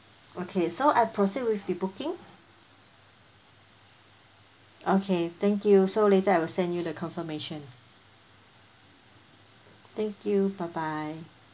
okay so I proceed with the booking okay thank you so later I will send you the confirmation thank you bye bye